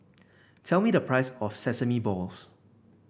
tell me the price of Sesame Balls